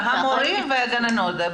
המורים והגננות.